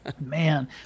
Man